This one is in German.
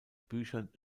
büchern